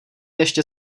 ještě